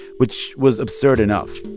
which was absurd enough.